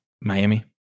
miami